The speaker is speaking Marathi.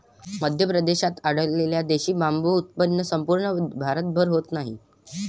मध्य प्रदेशात आढळलेल्या देशी बांबूचे उत्पन्न संपूर्ण भारतभर होत नाही